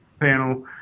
panel